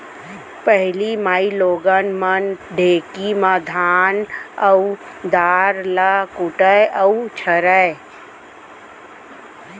पहिली माइलोगन मन ढेंकी म धान अउ दार ल कूटय अउ छरयँ